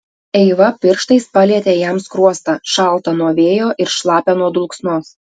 eiva pirštais palietė jam skruostą šaltą nuo vėjo ir šlapią nuo dulksnos